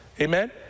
Amen